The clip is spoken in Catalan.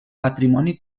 patrimoni